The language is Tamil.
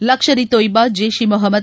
லஷ்கர் ஈ தொய்பா ஜெய்ஷ் இ முகமது